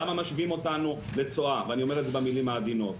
למה משווים אותנו לצואה?' ואני אומר את זה במילים העדינות,